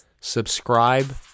subscribe